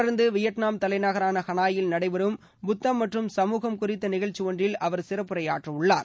தொடர்ந்து வியட்நாம் தலைநகரான ஹனாயில் நடைபெறும் புத்தம் மற்றும் சமூகம் குறித்த நிகழ்ச்சி ஒன்றில் அவர் சிறப்புரையாற்றுகிறார்